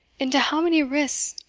into how many risks,